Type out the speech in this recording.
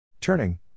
Turning